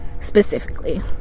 specifically